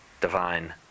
divine